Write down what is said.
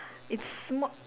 it's sma~